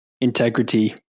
integrity